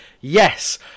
yes